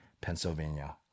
Pennsylvania